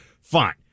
fine